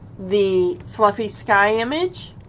the fluffy sky image